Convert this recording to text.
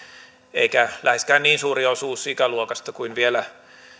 eikä läheskään niin suuri osuus ikäluokasta kuin vielä